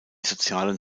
sozialen